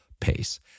pace